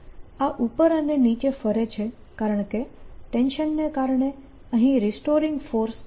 આ ઉપર અને નીચે ફરે છે કારણકે ટેન્શનને કારણે અહીં રિસ્ટોરિંગ ફોર્સ છે